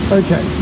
okay